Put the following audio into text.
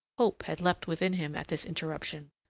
hope had leapt within him at this interruption,